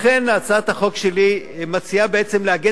לכן הצעת החוק שלי מציעה בעצם לעגן